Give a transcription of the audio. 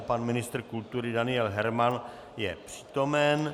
Pan ministr kultury Daniel Herman je přítomen.